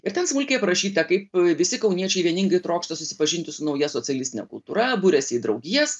ir ten smulkiai aprašyta kaip visi kauniečiai vieningai trokšta susipažinti su nauja socialistinė kultūra buriasi į draugijas